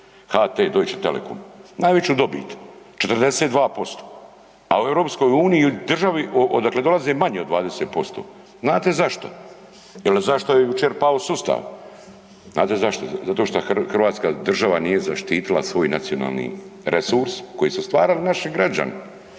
HT, Deutsche telekom? Najveću dobit, 42%, a u EU državi odakle dolaze manje od 20%. Znate zašto? Jel zašto je jučer pao sustav? Znate zašto? Zato što Hrvatska država nije zaštitila svoj nacionalni resurs koji su stvarali naši građani.